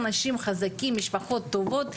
אנשים חזקים משפחות טובות,